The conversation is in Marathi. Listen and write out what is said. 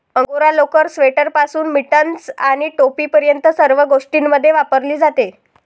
अंगोरा लोकर, स्वेटरपासून मिटन्स आणि टोपीपर्यंत सर्व गोष्टींमध्ये वापरली जाते